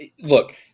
look